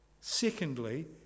secondly